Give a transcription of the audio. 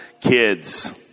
kids